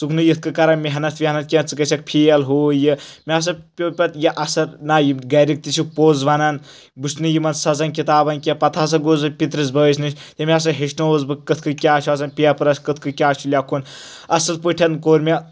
ژٕ نہٕ یِتھ کٔنۍ کران محنت وؠحنت کینٛہہ ژٕ گژھکھ فِیل ہُہ یہِ مےٚ ہسا پیو پتہٕ یہِ اثَر نہ گرِکۍ تہِ چھِ پوٚز ونان بہٕ چھُس نہٕ یِمَن سنان کِتابن کینٛہہ پتہٕ ہسا گوس بہٕ پِترِس بٲیِس نِش تٔمۍ ہسا ہیٚچھنووس بہٕ کِتھ کٔنۍ کیٛاہ چھُ آسان پَیٚپرَس کٕتھ کٔنۍ کیٛاہ چھُ لَیکھُن اصل پٲٹھۍ کوٚر مےٚ